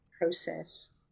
process